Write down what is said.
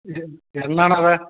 ഇത് എന്നാണത്